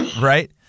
right